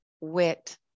wit